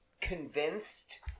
convinced